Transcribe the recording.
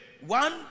one